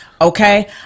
Okay